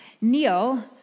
Neil